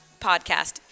podcast